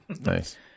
Nice